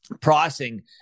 pricing